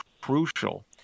crucial